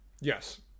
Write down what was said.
Yes